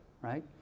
right